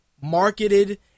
marketed